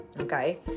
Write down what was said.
Okay